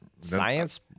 science